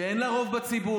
שאין לה רוב בציבור,